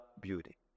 beauty